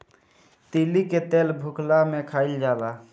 तीली के तेल भुखला में खाइल जाला